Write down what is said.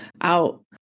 out